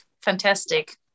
fantastic